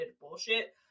bullshit